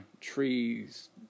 trees